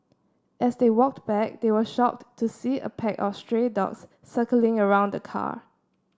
as they walked back they were shocked to see a pack of stray dogs circling around the car